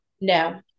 no